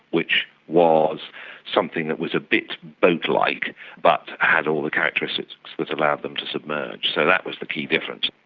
which was something that was a bit boat-like but had all the characteristics that allowed them to submerge. so that was the key difference.